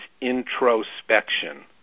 introspection